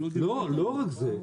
לא רק זה,